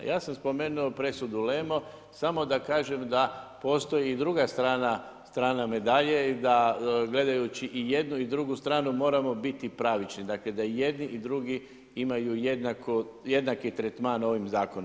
Ja sam spomenuo presudu Lemo samo da kažem da postoji i druga strana medalje i da gledajući i jednu i drugu stranu moramo biti pravični, dakle da i jedni i drugi imaju jednaki tretman ovim zakonom.